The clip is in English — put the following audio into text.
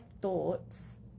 thoughts